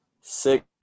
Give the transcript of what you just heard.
six